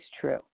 true